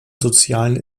sozialen